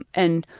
and